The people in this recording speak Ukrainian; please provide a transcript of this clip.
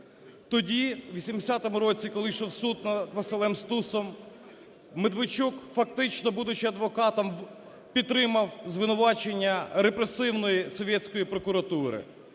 Тоді у 80-му році, коли йшов суд над Василем Стусом, Медведчук фактично, будучи адвокатом, підтримав звинувачення репресивної совєтської прокуратури.